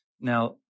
Now